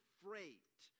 freight